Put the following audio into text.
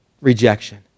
rejection